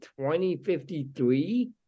2053